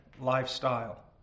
lifestyle